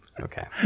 Okay